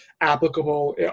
applicable